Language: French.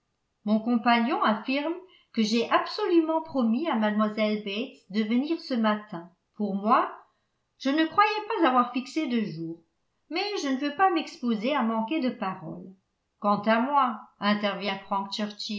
mon compagnon affirme que j'ai absolument promis à mlle bates de venir ce matin pour moi je ne croyais pas avoir fixé de jour mais je ne veux pas m'exposer à manquer de parole quant à moi intervint frank